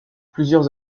plusieurs